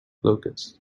locusts